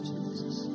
Jesus